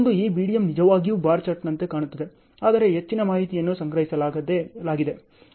ಒಂದು ಈ BDM ನಿಜವಾಗಿಯೂ ಬಾರ್ ಚಾರ್ಟ್ನಂತೆ ಕಾಣುತ್ತದೆ ಆದರೆ ಹೆಚ್ಚಿನ ಮಾಹಿತಿಯನ್ನು ಸಂಗ್ರಹಿಸಲಾಗಿದೆ